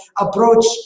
approach